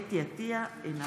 אינו נוכח חוה אתי עטייה, אינה